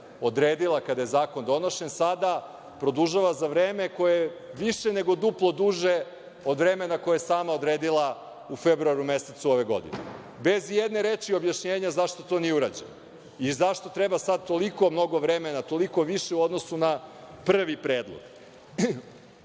ponavljam, kada je zakon donošen, sada produžava za vreme koje je više nego duplo duže od vremena koje je sama odredila u februaru mesecu ove godine, bez i jedne reči objašnjenja zašto to nije urađeno i zašto treba sad toliko mnogo vremena, toliko više u odnosu na prvi predlog.